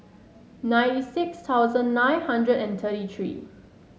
nine six thousand nine hundred and thirty three